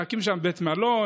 להקים שם בית מלון,